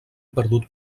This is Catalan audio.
perdut